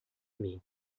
mim